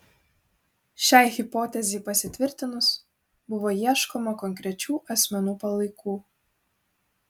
šiai hipotezei pasitvirtinus buvo ieškoma konkrečių asmenų palaikų